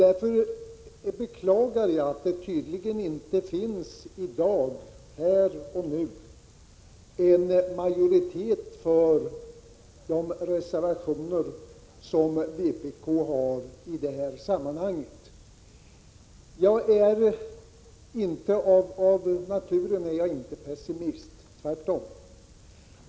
Därför beklagar jag att det tydligen inte här och nu finns en majoritet för de reservationer som vpk har anfört i detta sammanhang. Av naturen är jag inte pessimist, tvärtom.